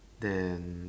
then